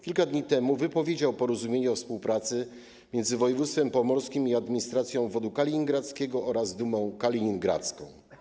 Kilka dni temu wypowiedział porozumienie o współpracy między województwem pomorskim i administracją obwodu kaliningradzkiego oraz Dumą kaliningradzką.